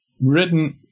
written